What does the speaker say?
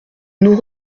nous